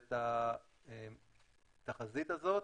את התחזית הזאת.